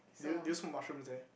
do you do you smoke mushrooms there